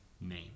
name